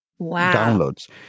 downloads